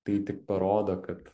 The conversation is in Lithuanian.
tai tik parodo kad